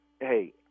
hey